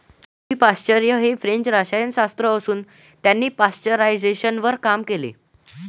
Louis Pasteur हे French रसायनशास्त्रज्ञ असून त्यांनी पाश्चरायझेशनवर काम केले